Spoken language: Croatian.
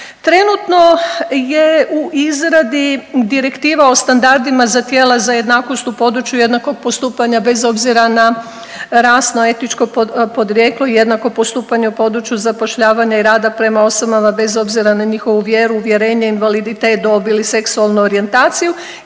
Trenutno je u izradi Direktiva o standardima za tijela za jednakost u području jednakog postupanja bez obzira na rasno, etničko podrijetlo, jednako postupanje u području zapošljavanja i rada prema osobama bez obzira na njihovu vjeru, uvjerenje, invaliditet, dob ili seksualnu orijentaciju